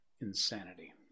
Insanity